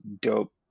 dope